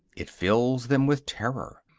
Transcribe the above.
it fills them with terror,